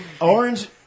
Orange